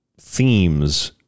themes